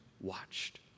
watched